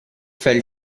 fell